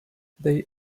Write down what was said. they